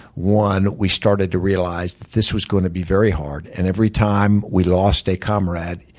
one, we started to realize that this was going to be very hard. and every time we lost a comrade,